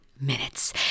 minutes